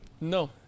No